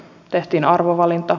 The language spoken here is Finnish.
tehtiin arvovalinta